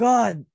God